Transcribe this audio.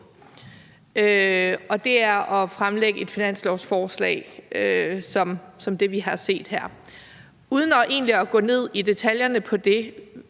og det er at fremsætte et finanslovsforslag som det, vi har set her. Uden egentlig at gå ned i detaljerne med det